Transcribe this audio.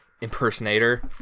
impersonator